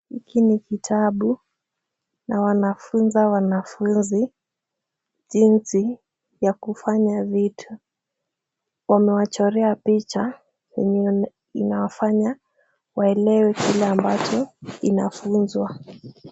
Kwenye kitabu anafunza wanafunzi jinsi ya kufanya vitu. Amewachorea picha yenye inafanya waelewe kile ambacho wanafunzwa.